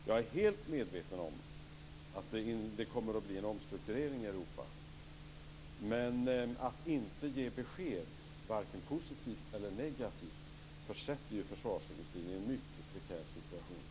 Jag är helt medveten om att det kommer att bli en omstrukturering i Europa, men att inte ge besked - vare sig positivt eller negativt - försätter ju försvarsindustrin i en mycket prekär situation.